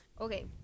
okay